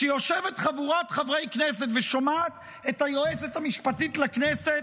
כשיושבת חבורת חברי כנסת ושומעת את היועצת המשפטית לכנסת,